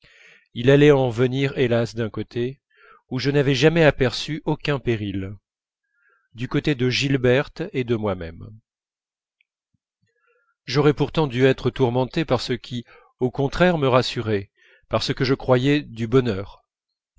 il allait en venir hélas d'un côté où je n'avais jamais aperçu aucun péril du côté de gilberte et de moi-même j'aurais pourtant dû être tourmenté par ce qui au contraire me rassurait par ce que je croyais du bonheur